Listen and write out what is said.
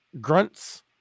grunts